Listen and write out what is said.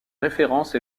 référence